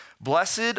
Blessed